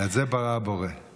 את זה ברא הבורא.